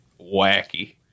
wacky